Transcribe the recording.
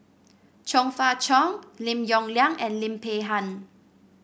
Chong Fah Cheong Lim Yong Liang and Lim Peng Han